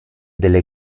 delle